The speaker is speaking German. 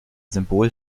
symbol